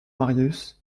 marius